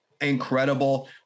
incredible